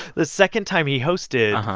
the second time he hosted,